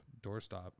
doorstop